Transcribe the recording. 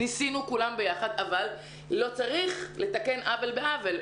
ניסינו כולם ביחד, אבל לא צריך לתקן עוול בעוול.